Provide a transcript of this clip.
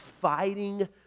fighting